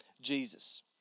Jesus